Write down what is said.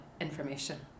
information